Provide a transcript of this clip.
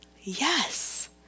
yes